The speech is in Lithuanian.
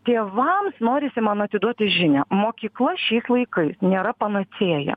tėvams norisi man atiduoti žinią mokykla šiais laikais nėra panacėja